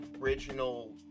original